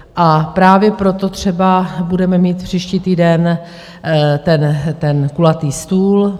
A právě proto třeba budeme mít příští týden ten kulatý stůl.